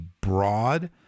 broad